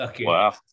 wow